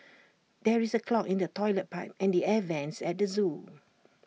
there is A clog in the Toilet Pipe and the air Vents at the Zoo